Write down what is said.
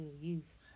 youth